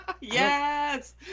Yes